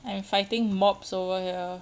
I'm fighting mobs over here